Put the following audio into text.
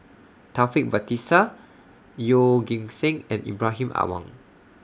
Taufik Batisah Yeoh Ghim Seng and Ibrahim Awang